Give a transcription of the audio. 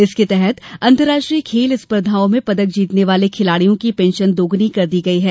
इसके तहत अंतर्राष्ट्रीय खेल स्पर्धाओं में पदक जीतने वाले खिलाड़ियों की पेंशन दोगुनी कर दी गई है